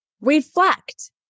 Reflect